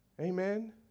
Amen